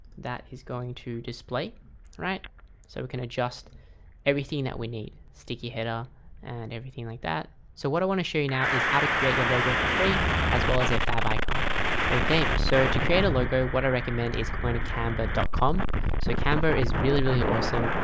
that is going to display right so we can adjust everything that we need sticky header and everything like that so what i want to show you now is how to create your logo for free as well as their favicon okay, so to create a logo what i recommend is going to canva dot com so canva is really really awesome.